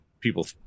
people